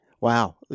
Wow